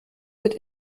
wird